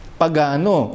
pagano